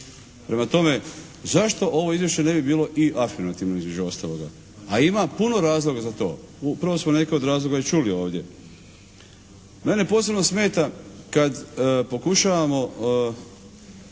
Prema tome, zašto ovo izvješće ne bi bilo i afirmativno između ostaloga? A ima puno razloga za to. Upravo smo neke od razloga i čuli ovdje. Mene posebno smeta kad pokušavamo